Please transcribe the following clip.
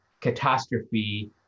catastrophe